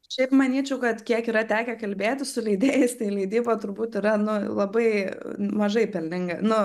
šiaip manyčiau kad kiek yra tekę kalbėti su leidėjais tai leidyba turbūt yra nu labai mažai pelninga nu